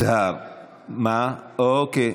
אוקיי.